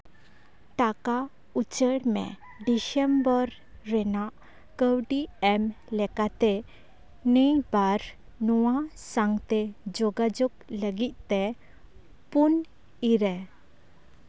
ᱴᱟᱠᱟ ᱩᱪᱟᱹᱲ ᱢᱮ ᱰᱤᱥᱮᱢᱵᱚᱨ ᱨᱮᱱᱟᱜ ᱠᱟᱹᱣᱰᱤ ᱮᱢ ᱞᱮᱠᱟᱛᱮ ᱱᱮᱭᱯᱟᱨ ᱱᱚᱣᱟ ᱥᱟᱝᱛᱮ ᱡᱳᱜᱟᱡᱳᱜ ᱞᱟᱹᱜᱤᱫ ᱛᱮ ᱯᱩᱱ ᱤ ᱨᱮ